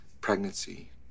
pregnancy